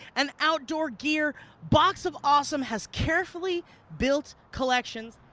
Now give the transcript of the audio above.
and outdoor gear, box of awesome has carefully built collections